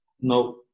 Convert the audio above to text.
no